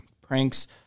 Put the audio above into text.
pranks